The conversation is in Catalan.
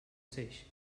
seix